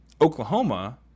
Oklahoma